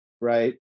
right